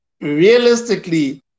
realistically